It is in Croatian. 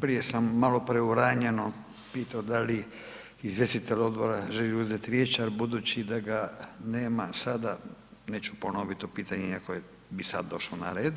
Prije sam malo preuranjeno pitao da li izvjestitelj odbora želi uzeti riječ, ali budući da ga nema sada neću ponovit to pitanje iako bi sada došlo na red,